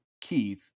Keith